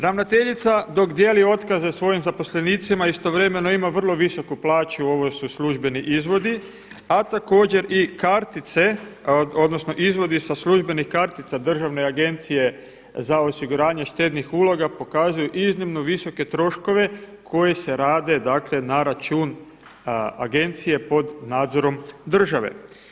Ravnateljica dok dijeli otkaze svojim zaposlenicima istovremeno ima vrlo visoku plaću, ovo su službeni izvodi, a također i kartice odnosno izvodi sa službenih kartica Državne agencije za osiguranje štednih uloga pokazuju iznimno visoke troškove koji se rade na račun agencije pod nazorom države.